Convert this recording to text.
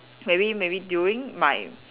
maybe maybe during my